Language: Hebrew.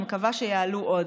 אני מקווה שיעלו עוד,